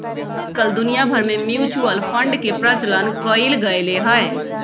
आजकल दुनिया भर में म्यूचुअल फंड के प्रचलन कइल गयले है